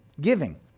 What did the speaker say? giving